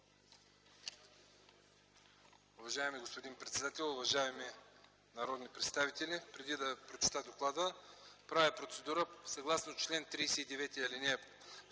Уважаеми господин председател, уважаеми народни представители! Преди да прочета доклада правя процедура: съгласно чл. 39,